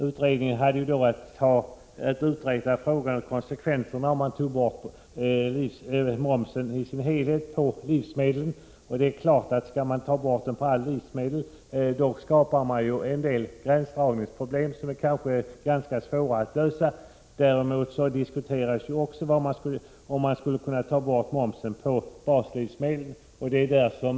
Utredningen hade i uppdrag att utreda konsekvenserna av ett fullständigt borttagande av momsen på livsmedel. En sådan åtgärd skapar en del gränsdragningsproblem, som kan vara ganska svåra att lösa. Dessutom diskuterades också frågan om avskaffande av momsen på baslivsmedlen.